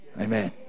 amen